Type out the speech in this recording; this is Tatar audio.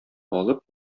алып